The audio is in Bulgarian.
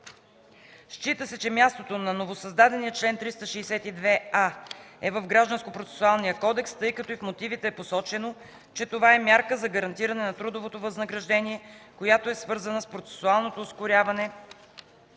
Счита се, че мястото на новосъздадения член 362а е в Гражданскопроцесуалния кодекс, тъй като и в мотивите е посочено, че това е мярка за гарантиране на трудовото възнаграждение, която е свързана с процесуалното ускоряване